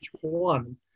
one